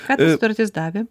ką ta sutartis davė